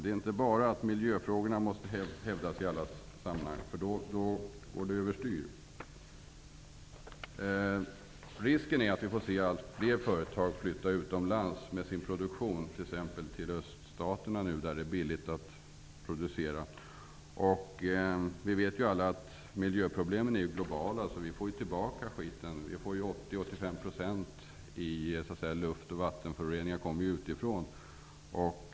Det är inte bara fråga om att miljöfrågorna måste hävdas i alla sammanhang -- om så sker, går det hela överstyr. Risken finns att vi får se allt fler företag flytta sin produktion utomlands -- t.ex. till öststaterna, där det är billigt att producera varor. Vi vet ju alla att miljöproblemen är globala problem. Vi får alltså tillbaka skiten. 80--85 % av vatten och luftföroreningarna kommer ju från annat håll.